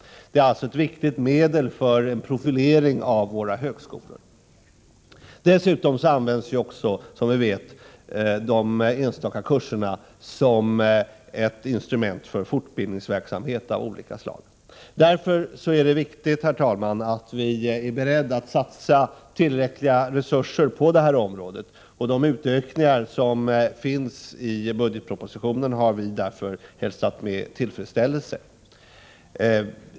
De utgör alltså ett viktigt medel för en profilering av våra högskolor. Dessutom används, som vi vet, de enstaka kurserna som ett instrument för fortbildningsverksamhet av olika slag. Därför är det viktigt, herr talman, att vi är beredda att satsa tillräckliga resurser på detta område. De utökningar som anges i budgetpropositionen har vi därför hälsat med tillfredsställelse.